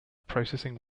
processing